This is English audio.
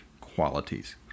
qualities